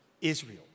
Israel